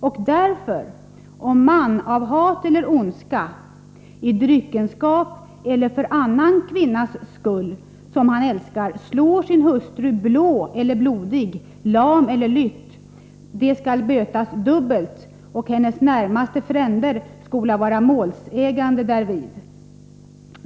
Och därför, om man av hat eller ondska, i dryckenskap eller för en annan kvinnas skull, som han älskar, slår sin hustru blå eller blodig, lam eller lytt, det skall bötas dubbelt, och hennes närmaste fränder skola vara målsägande därvid.